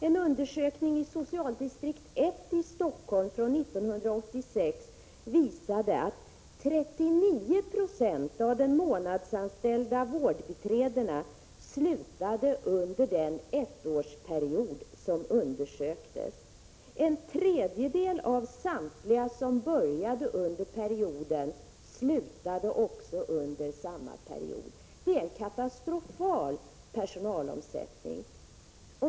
En undersökning i socialdistrikt 1 i Stockholm från 1986 visade att 39 90 av de månadsanställda vårdbiträdena slutade under den ettårsperiod som undersöktes. En tredjedel av samtliga som började under perioden slutade också under samma period. Det är en katastrofal personalomsättning.